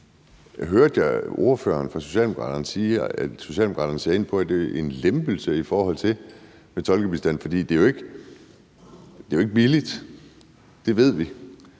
For hørte jeg ordføreren fra Socialdemokraterne sige, at Socialdemokraterne ser ind i, at der er en lempelse i forhold til tolkebistanden? For det er jo ikke billigt. Det ved vi,